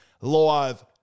live